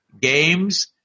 games